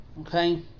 Okay